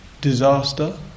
disaster